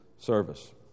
Service